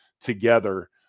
together